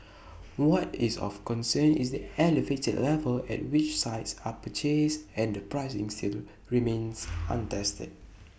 what is of concern is the elevated level at which sites are purchased and the pricing still remains untested